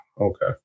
Okay